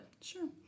Sure